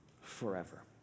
forever